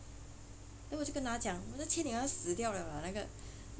我就跟她讲要死掉了啦那个:wo jiu gen ta jiang yao si diao liao la na ge